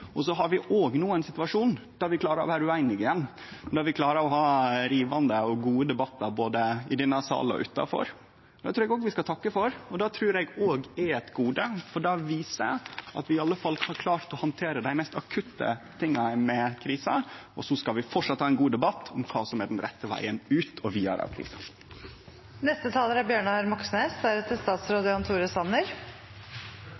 Så har vi no ein situasjon der vi klarar å vere ueinige, der vi klarar å ha rivande og gode debattar både i denne salen og utanfor. Det trur eg òg vi skal takke for, og det trur eg er eit gode, for det viser at vi i alle fall har klart å handtere dei mest akutte tinga med krisa. Så skal vi framleis ha ein god debatt om kva som er den rette vegen vidare ut